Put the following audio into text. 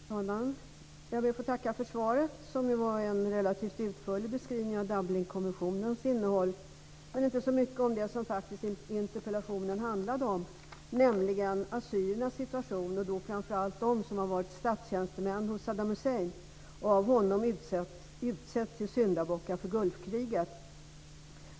Fru talman! Jag ber att få tacka för svaret, som ju var en relativt utförlig beskrivning av Dublinkonventionens innehåll. Men det sades inte så mycket om det som interpellationen faktiskt handlade om, nämligen assyriernas situation och framför allt situationen för dem som varit statstjänstemän hos Saddam Hussein och av honom utsetts till syndabockar för Gulfkriget.